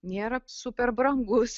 nėra super brangus